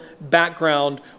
background